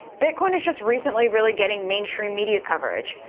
bitcoin is just recently really getting mainstream media coverage,